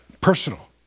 personal